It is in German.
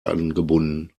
angebunden